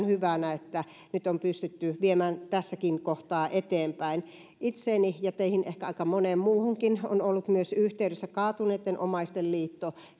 hyvänä että nyt on pystytty tätä viemään tässäkin kohtaa eteenpäin itseeni ja ehkä aika moneen muuhunkin teistä on ollut yhteydessä myös kaatuneitten omaisten liitto